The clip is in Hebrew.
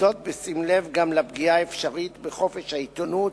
בשים לב גם לפגיעה האפשרית בחופש העיתונות